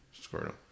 Squirtle